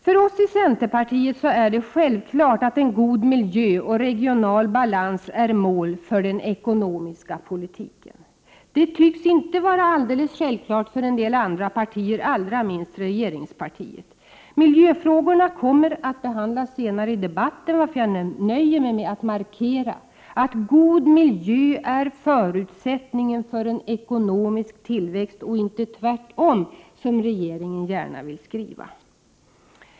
För oss i centerpartiet är det självklart att en god miljö och regional balans är mål för den ekonomiska politiken. Det tycks inte vara alldeles självklart för en del andra partier, allra minst regeringspartiet. Miljöfrågorna kommer att behandlas senare i debatten, varför jag nöjer mig med att markera att god miljö är förutsättningen för en ekonomisk tillväxt och inte tvärtom, som regeringen gärna vill skriva.